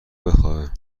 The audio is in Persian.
بخوابه